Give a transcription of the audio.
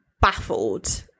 baffled